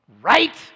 Right